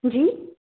जी